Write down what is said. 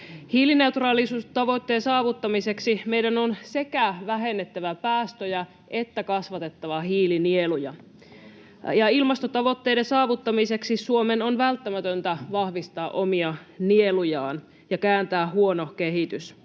Hiilineutraalisuustavoitteen saavuttamiseksi meidän on sekä vähennettävä päästöjä että kasvatettava hiilinieluja, ja ilmastotavoitteiden saavuttamiseksi Suomen on välttämätöntä vahvistaa omia nielujaan ja kääntää huono kehitys.